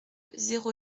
zéro